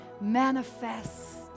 manifest